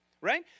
right